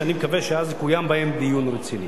ואני מקווה שאז יקוים בהם דיון רציני.